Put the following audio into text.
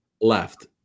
left